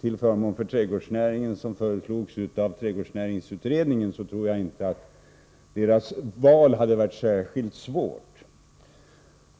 till förmån för trädgårdsnäringen som föreslogs av trädgårdsnäringsutredningen, skulle deras val inte ha varit särskilt svårt.